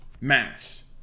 mass